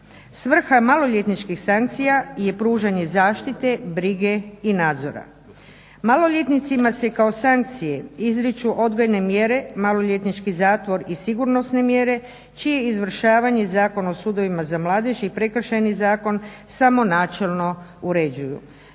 Svrha je maloljetničkih sankcija pružanje zaštite, brige i nadzora. Maloljetnicima se kao sankcije izriču odgojne mjere maloljetnički zatvor i sigurnosne mjere čije izvršavanje Zakon o sudovima za mladež i Prekršajni zakon samo načelno uređuju.